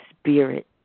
spirit